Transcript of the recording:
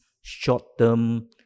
short-term